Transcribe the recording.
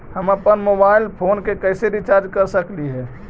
हम अप्पन mobile phone के कैसे रिचार्ज कर सकली हे?